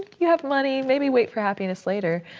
you have money, maybe wait for happiness later.